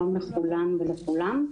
שלום לכולם ולכולן.